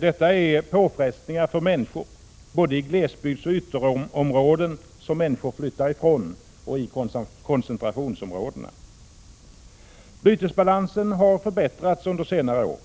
Detta är påfrestning på människor, både i glesbygdsoch ytterområden, som människor flyttar ifrån, och i koncentrationsområden. Bytesbalansen har förbättrats under senare år.